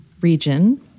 region